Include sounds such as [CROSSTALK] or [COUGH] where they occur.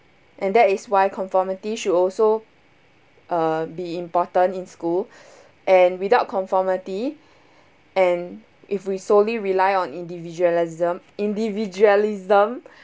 and that is why conformity should also uh be important in school [BREATH] and without conformity and if we solely rely on individualism individualism [BREATH]